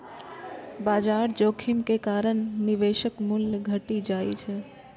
बाजार जोखिम के कारण निवेशक मूल्य घटि जाइ छै